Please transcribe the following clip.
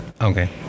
Okay